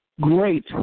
great